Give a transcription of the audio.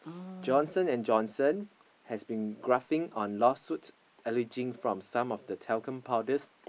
Johnson-and-Johnson has been graphing on lawsuits alleging from some of the talcum powders